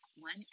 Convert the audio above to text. One